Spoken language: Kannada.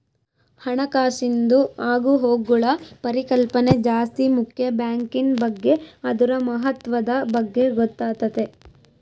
ಹಣಕಾಸಿಂದು ಆಗುಹೋಗ್ಗುಳ ಪರಿಕಲ್ಪನೆ ಜಾಸ್ತಿ ಮುಕ್ಯ ಬ್ಯಾಂಕಿನ್ ಬಗ್ಗೆ ಅದುರ ಮಹತ್ವದ ಬಗ್ಗೆ ಗೊತ್ತಾತತೆ